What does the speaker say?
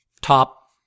top